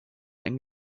and